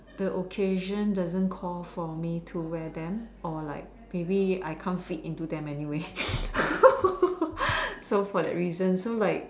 the occasion doesn't call for me to wear them or like maybe I can't fit into them anyway so for that reason so like